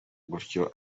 gutyo